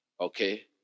Okay